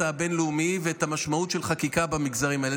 הבין-לאומי ואת המשמעות של חקיקה במגזרים האלה.